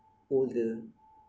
older